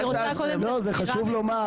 זה חשוב לומר.